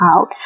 out